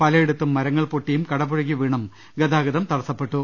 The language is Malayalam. പലയിടത്തും മരങ്ങൾ പൊട്ടിയും കടപുഴകി വീണും ഗതാഗതം തടസ്സപ്പെട്ടു